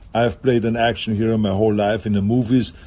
i've played an action hero my whole life in the movies,